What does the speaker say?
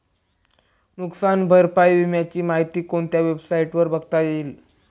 नुकसान भरपाई विम्याची माहिती कोणत्या वेबसाईटवर बघता येईल?